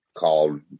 called